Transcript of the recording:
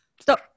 Stop